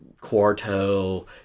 quarto